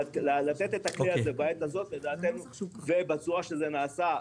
לתת את הכלי הזה בעת הזו ובצורה שזה נעשה,